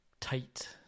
tight